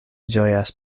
ĝojas